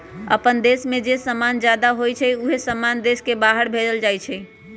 अप्पन देश में जे समान जादा होई छई उहे समान देश के बाहर भेजल जाई छई